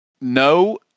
no